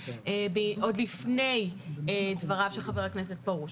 עוד לפני דבריו של חבר הכנסת פרוש.